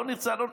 לא ירצו,